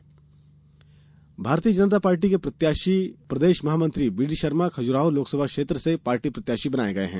भाजपा प्रत्याशी भारतीय जनता पार्टी के प्रदेश महामंत्री बीडी शर्मा खजुराहो लोकसभा क्षेत्र से पार्टी प्रत्याशी बनाये गये हैं